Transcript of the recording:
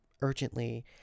urgently